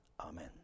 Amen